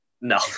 no